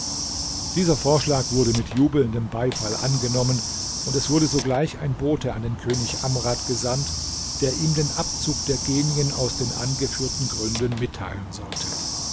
dieser vorschlag wurde mit jubelndem beifall angenommen und es wurde sogleich ein bote an den könig amrad gesandt der ihm den abzug der genien aus den angeführten gründen mitteilen sollte